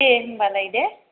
दे होनबालाय दे